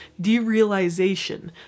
derealization